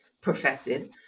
perfected